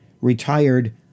retired